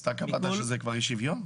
אז אתה כבר קבעת שזה אי שוויון?